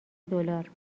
دلار